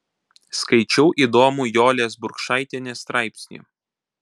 skaičiau įdomų jolės burkšaitienės straipsnį